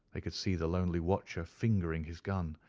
they could see the lonely watcher fingering his gun,